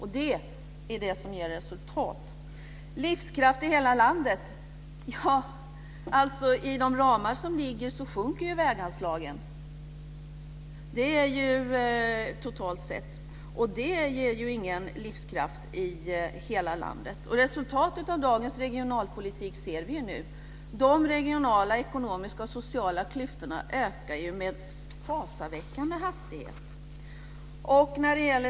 Det är det som ger resultat. Vad gäller talet om livskraft i hela landet vill jag säga att i de ramar som satts upp sjunker väganslagen totalt sett. Det ger inte livskraft i hela landet. Resultatet av dagens regionalpolitik ser vi nu. De regionala ekonomiska och sociala klyftorna ökar med fasaväckande hastighet.